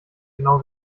genau